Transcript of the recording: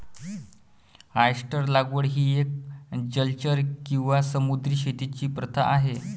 oyster लागवड ही एक जलचर किंवा समुद्री शेतीची प्रथा आहे